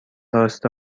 راست